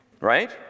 Right